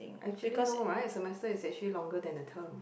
actually no right semester is actually longer than the term